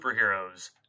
Superheroes